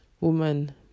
woman